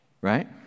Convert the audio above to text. right